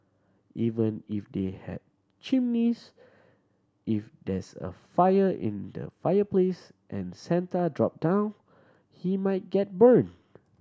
even if they have chimneys if there's a fire in the fireplace and Santa drop down he might get burnt